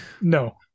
No